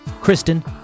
Kristen